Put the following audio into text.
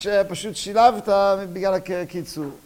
שפשוט שילבת בגלל הקיצור.